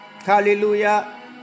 Hallelujah